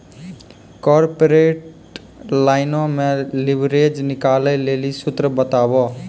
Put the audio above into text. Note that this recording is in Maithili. कॉर्पोरेट लाइनो मे लिवरेज निकालै लेली सूत्र बताबो